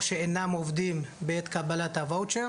או שאינם עובדים בעת קבלת הוואצ'ר